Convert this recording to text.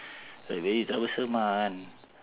like very troublesome [one]